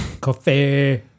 Coffee